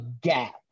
gap